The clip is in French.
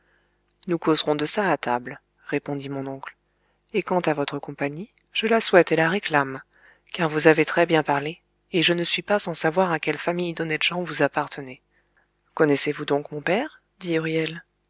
nous causerons de ça à table répondit mon oncle et quant à votre compagnie je la souhaite et la réclame car vous avez très-bien parlé et je ne suis pas sans savoir à quelle famille d'honnêtes gens vous appartenez connaissez-vous donc mon père